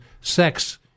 sex